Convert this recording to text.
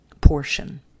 portion